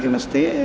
किमस्ति